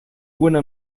buena